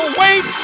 wait